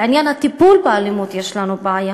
בעניין הטיפול באלימות יש לנו בעיה.